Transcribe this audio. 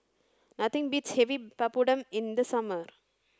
nothing beats having Papadum in the summer